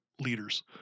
leaders